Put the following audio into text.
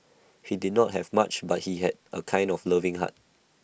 he did not have much but he had A kind of loving heart